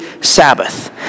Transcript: Sabbath